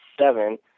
seven